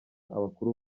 abakuru